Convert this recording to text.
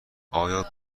آیا